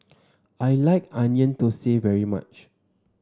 I like Onion Thosai very much